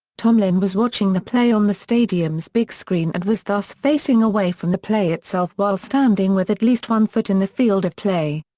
tomlin was watching the play on the stadium's big screen and was thus facing away from the play itself while standing with at least one foot in the field of play.